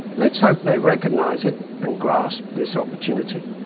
let's hope they recognise it and grasp this opportunity.